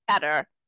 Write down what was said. better